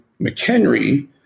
McHenry